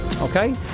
Okay